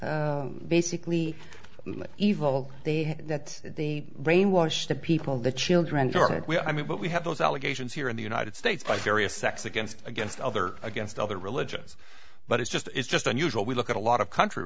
be basically evil they had that the brainwash the people the children started i mean what we have those allegations here in the united states by various sects against against other against other religions but it's just it's just unusual we look at a lot of country